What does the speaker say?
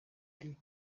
nari